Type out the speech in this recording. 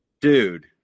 dude